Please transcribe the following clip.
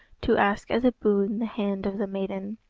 to ask as a boon the hand of the maiden.